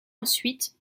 ensuite